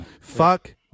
Fuck